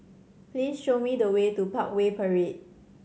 please show me the way to Parkway Parade